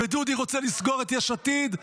ודודי רוצה לסגור את יש עתיד,